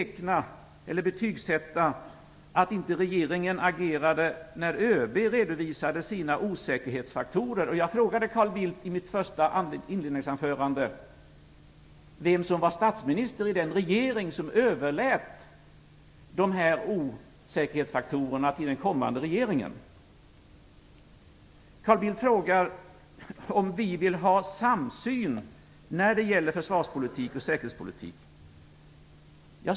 Hur skall jag betygsätta att regeringen inte agerade när ÖB redovisade sina osäkerhetsfaktorer? Jag frågade Carl Bildt i mitt inledningsanförande vem som var statsminister i den regering som överlät dessa osäkerhetsfaktorer till den kommande regeringen. Carl Bildt frågade om vi vill ha samsyn när det gäller försvarspolitik och säkerhetspolitik.